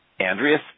Andreas